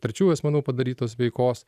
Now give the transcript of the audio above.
trečių asmenų padarytos veikos